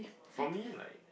for me like